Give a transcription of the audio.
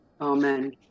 Amen